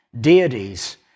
deities